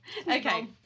Okay